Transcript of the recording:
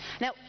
Now